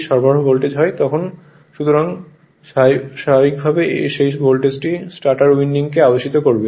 সুতরাং স্বাভাবিকভাবেই সেই ভোল্টেজটি স্টেটর উইন্ডিং কে আবেশিত করবে